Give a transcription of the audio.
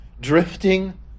drifting